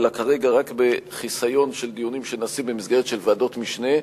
אלא כרגע רק בחיסיון של דיונים שנעשים במסגרת של ועדות משנה,